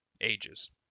ages